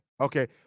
Okay